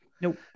Nope